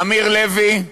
אמיר לוי,